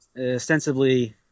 ostensibly